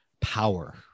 power